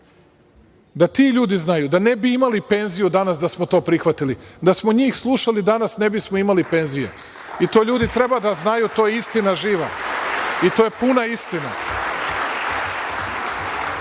da ti ljudi znaju da ne bi imali penziju danas da smo to prihvatili. Da smo njih slušali danas ne bismo imali penzije. To ljudi treba da znaju, to je istina živa i to je puna